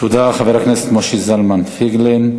תודה, חבר הכנסת משה זלמן פייגלין.